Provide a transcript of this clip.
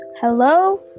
Hello